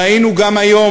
ראינו גם היום,